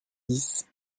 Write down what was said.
dix